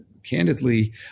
Candidly